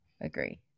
Agree